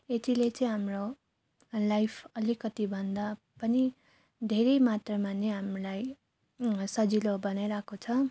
यतिले चाहिँ हाम्रो लाइफ अलिकति भन्दा पनि धेरै मात्रामा नै हामीलाई सजिलो बनाइरहेको छ